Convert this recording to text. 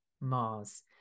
mars